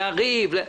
לריב.